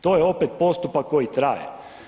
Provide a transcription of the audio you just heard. To je opet postupak koji traje.